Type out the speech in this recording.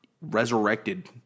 resurrected